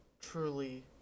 truly